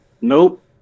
Nope